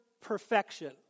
perfection